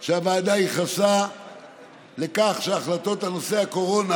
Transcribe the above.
שהוועדה ייחסה לכך שהחלטות על נושא הקורונה